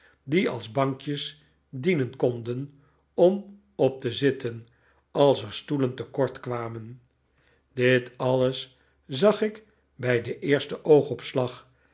die als bankjes dienen konden om op te zitten als er stoelen te kort kwamen dit alles zag ik bij den eersten oogopslag